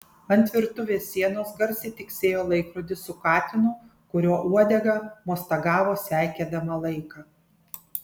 ant virtuvės sienos garsiai tiksėjo laikrodis su katinu kurio uodega mostagavo seikėdama laiką